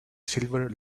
silver